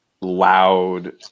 loud